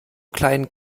kleinen